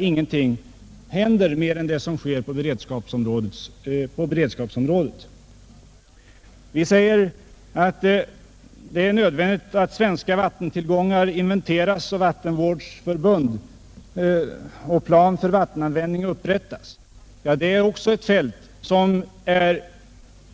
Vi säger att det är nödvändigt att svenska vattentillgångar inventeras och att vattenvårdsförbund och plan för vattenanvändningen upprättas. Det är också ett fält som är